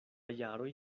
jaroj